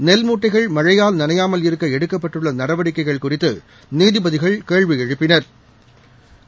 நெல் மூட்டைகள் மழையால் நனையாமல் இருக்க எடுக்கப்பட்டுள்ள நடவடிக்கைகள் குறித்து நீதிபதிகள் கேள்வி எழுப்பினா்